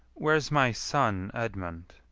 where's my son edmund?